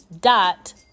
dot